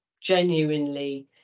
genuinely